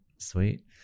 Sweet